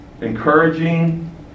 encouraging